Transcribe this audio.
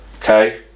Okay